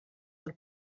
del